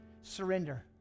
surrender